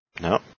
No